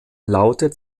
lautet